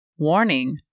Warning